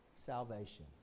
Salvation